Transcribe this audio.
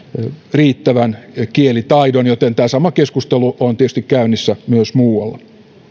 riittävän kielitaidon joten tämä sama keskustelu on tietysti käynnissä myös muualla